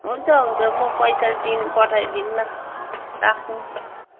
हुन्छ हुन्छ म पैसा दिन पठाइदिन्नँ राख्नु